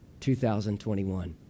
2021